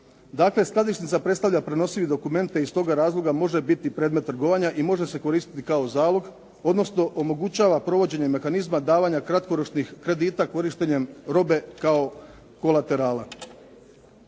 Dakle, skladišnica predstavlja prenosivi dokument te iz toga razloga može biti predmet trgovanja i može se koristiti kao zalog, odnosno omogućava provođenje mehanizma davanja kratkoročnih kredita korištenjem robe kao kolaterala.